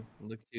Look